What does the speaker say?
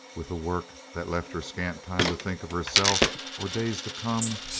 with a work that left her scant time to think of herself or days to come,